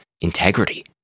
integrity